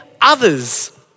others